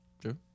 True